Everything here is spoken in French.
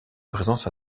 présence